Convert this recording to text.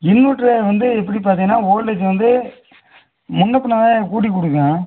inverter வந்து எப்படி பார்த்திங்கன்னா ஓல்டேஜ் வந்து முன்னே பின்னே தான்யா கூட்டி கொடுக்கும்